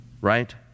Right